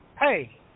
hey